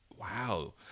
Wow